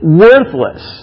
worthless